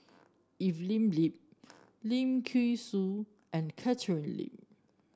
Evelyn Lip Lim Thean Soo and Catherine Lim